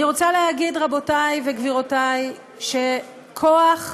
אני רוצה להגיד, רבותי וגבירותי, שכוח,